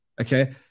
Okay